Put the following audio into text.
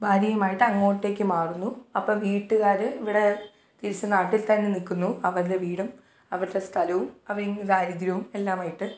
ഭാര്യയുമായിട്ട് അങ്ങോട്ടേക്ക് മാറുന്നു അപ്പം വീട്ടുകാർ ഇവിടെ തിരിച്ച് നാട്ടിൽത്തന്നെ നിൽക്കുന്നു അവരുടെ വീടും അവരുടെ സ്ഥലവും അവരുടെ ദാരിദ്ര്യവും എല്ലാമായിട്ട്